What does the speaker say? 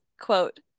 Quote